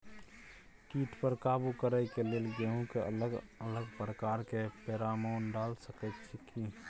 कीट पर काबू करे के लेल गेहूं के अलग अलग प्रकार के फेरोमोन डाल सकेत छी की?